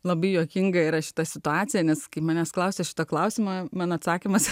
labai juokinga yra šita situacija nes kai manęs klausia šitą klausimą man atsakymas